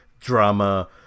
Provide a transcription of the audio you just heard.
drama